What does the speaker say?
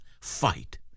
fight